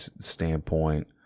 standpoint